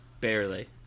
Barely